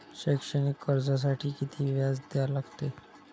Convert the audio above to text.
शैक्षणिक कर्जासाठी किती व्याज द्या लागते?